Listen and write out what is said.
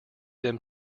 them